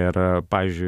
ir pavyzdžiui